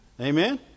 Amen